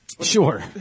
Sure